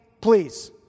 Please